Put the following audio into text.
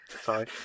Sorry